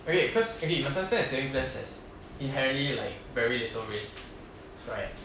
okay cause okay maybe in certain savings plans has inherently like very little risk so like